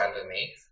underneath